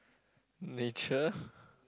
nature